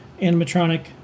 animatronic